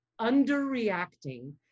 underreacting